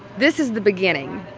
this is the beginning.